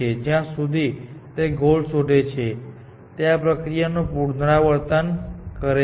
જ્યાં સુધી તે ગોલ શોધે છે તે આ પ્રક્રિયાનું પુનરાવર્તન કરે છે